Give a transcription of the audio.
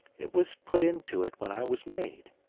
it was put into it when i was made.